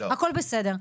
הכל בסדר.